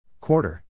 Quarter